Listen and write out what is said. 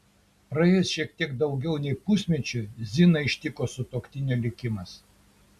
praėjus šiek tiek daugiau nei pusmečiui ziną ištiko sutuoktinio likimas